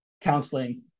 counseling